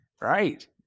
right